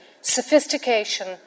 sophistication